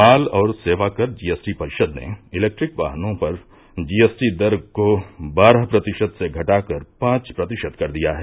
माल और सेवा कर जीएसटी परिषद ने इलेक्ट्रिक वाहनों पर जीएसटी दर को बारह प्रतिशत से घटाकर पांच प्रतिशत कर दिया है